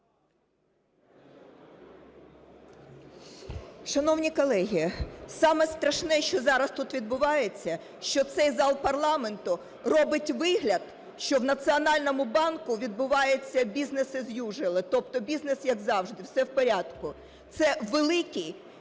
Шановні колеги, саме страшне, що зараз тут відбувається, що цей зал парламенту робить вигляд, що в Національному банку відбувається business is usually, тобто бізнес як завжди, все в порядку. Це великий